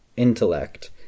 intellect